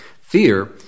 Fear